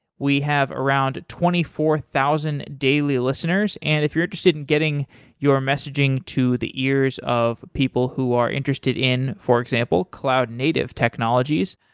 we have around twenty four thousand daily listeners and if you're interested in getting your messaging to the ears of people who are interested in for example, cloud native technologies,